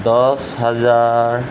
দহ হাজাৰ